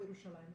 בירושלים.